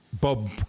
Bob